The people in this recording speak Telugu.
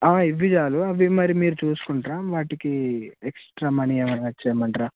ఇవి చాలు అవి మీరు చూసుకుంటారా వాటికీ ఎక్స్ట్రా మనీ ఏమైనా చేయిమంటారా